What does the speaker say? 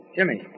Jimmy